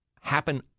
happen